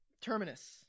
terminus